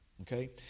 Okay